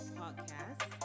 podcast